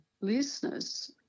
listeners